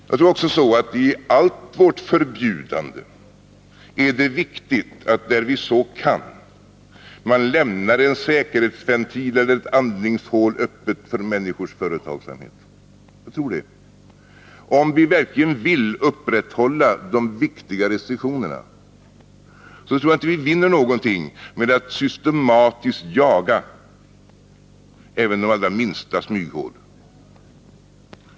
Jag tror också att det i allt vårt förbjudande är viktigt att vi, där vi så kan, lämnar en säkerhetsventil eller ett andningshål öppet för människors företagsamhet. Om vi verkligen vill upprätthålla de viktiga restriktionerna tror jag inte att vi vinner någonting med att systematiskt jaga även de allra minsta smyghålen.